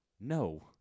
No